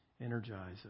energize